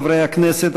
חברי הכנסת,